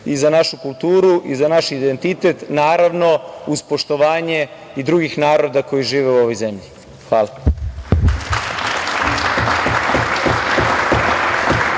i za našu kulturu i za naš identitet, naravno, uz poštovanje i drugih naroda koji žive u ovoj zemlji. Hvala.